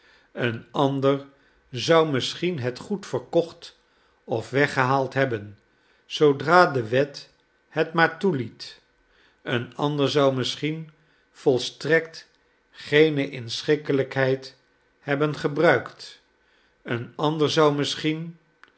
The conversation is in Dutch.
een ander zou misschien het goed verkocht of weggehaald hebben zoodra de wet het maar toeliet een ander zou misschien volstrekt geene inschikkelijkheid hebben gebruikt een ander zou misschien